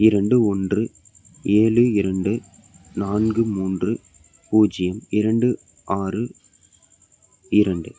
இரண்டு ஒன்று ஏழு இரண்டு நான்கு மூன்று பூஜ்ஜியம் இரண்டு ஆறு இரண்டு